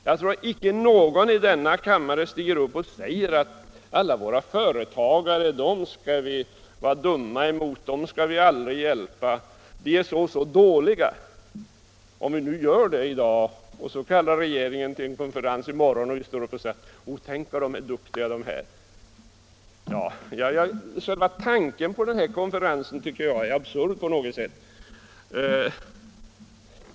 Jag tror icke att någon i denna kammare stiger upp och säger att alla våra företagare skall vi vara dumma mot, dem skall vi aldrig hjälpa, de är så och så dåliga. Men om vi gjorde det i dag och sedan regeringen kallar till en konferens i morgon och säger, tänk vad våra företagare är duktiga — vad skulle det ha för betydelse? Själva tanken på en sådan konferens tycker jag är absurd.